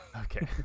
Okay